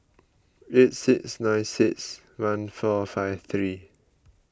eight six nine six one four five three